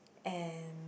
and